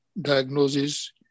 diagnosis